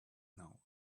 now